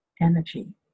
energy